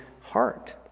heart